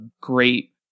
great